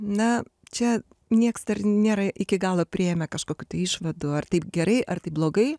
na čia nieks dar nėra iki galo priėmę kažkokių išvadų ar taip gerai ar taip blogai